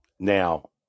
now